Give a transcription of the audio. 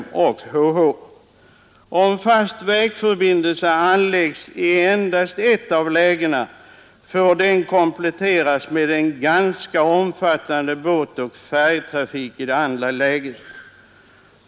och H.H. Om fast vägförbindelse anläggs i endast ett av lägena, får den kompletteras med en ganska omfattande båtoch färjetrafik i det andra läget.